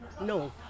no